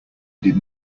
did